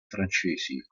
francesi